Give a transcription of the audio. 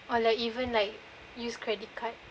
or like even like use credit card